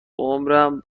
عمرم